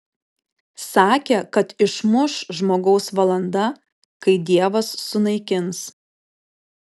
sakė kad išmuš žmogaus valanda kai dievas sunaikins